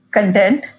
Content